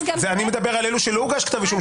אני מדבר על אלה שלא הוגש כתב אישום,